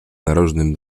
narożnym